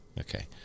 okay